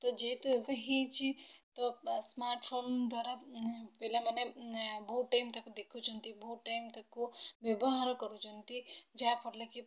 ତ ଯେହେତୁ ଏବେ ହେଇଛି ତ ସ୍ମାର୍ଟଫୋନ୍ ଦ୍ଵାରା ପିଲାମାନେ ବହୁତ ଟାଇମ୍ ତାକୁ ଦେଖୁଛନ୍ତି ବହୁତ ଟାଇମ୍ ତାକୁ ବ୍ୟବହାର କରୁଛନ୍ତି ଯାହାଫଳରେ କି